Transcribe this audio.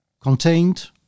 contained